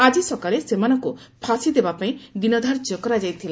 ଆଜି ସକାଳେ ସେମାନଙ୍କୁ ଫାଶି ଦେବା ପାଇଁ ଦିନ ଧାର୍ଯ୍ୟ କରାଯାଇଥିଲା